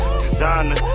designer